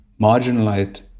marginalized